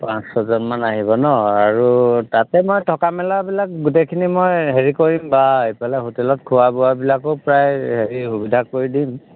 পাঁচ ছজনমান আহিব ন আৰু তাতে মই থকা মেলাবিলাক গোটেইখিনি মই হেৰি কৰিম বা এইফালে হোটেলত খোৱা বোৱাবিলাকো প্ৰায় হেৰি সুবিধা কৰি দিম